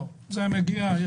זה מגיע אלינו,